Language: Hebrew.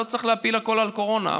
לא צריך להפיל הכול על קורונה,